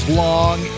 long